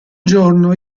giorno